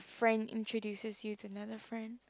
friend introduces you to another friend